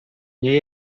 nie